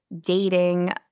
dating